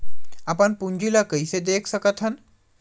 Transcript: अपन पूंजी ला कइसे देख सकत हन?